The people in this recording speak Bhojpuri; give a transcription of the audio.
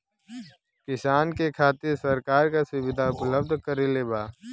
किसान के खातिर सरकार का सुविधा उपलब्ध करवले बा?